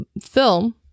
film